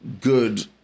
good